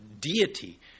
deity